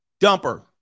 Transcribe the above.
Dumper